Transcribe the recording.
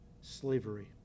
slavery